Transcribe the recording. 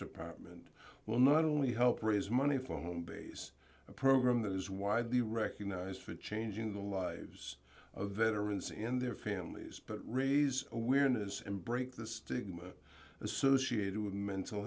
department will not only help raise money for the base a program that is widely recognized for changing the lives of veterans in their families but raise awareness and break the stigma associated with mental